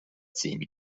ziehen